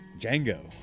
django